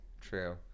True